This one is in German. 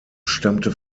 stammte